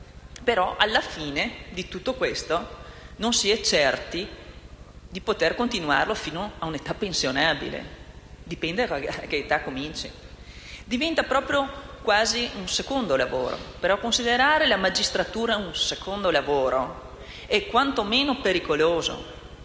Però, alla fine di tutto non si è certi di poter continuare fino a un'età pensionabile. Dipende dall'età in cui si comincia. Diventa un secondo lavoro. Però, considerare la magistratura un secondo lavoro è quantomeno pericoloso.